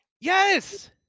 Yes